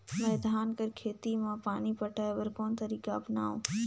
मैं धान कर खेती म पानी पटाय बर कोन तरीका अपनावो?